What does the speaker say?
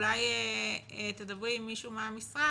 אולי תדברי עם מישהו מהמשרד,